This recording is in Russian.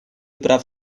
прав